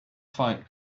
fight